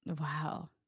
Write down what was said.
Wow